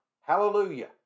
Hallelujah